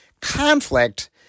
conflict